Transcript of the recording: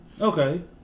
Okay